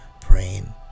praying